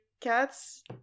cats